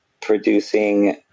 producing